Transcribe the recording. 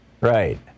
Right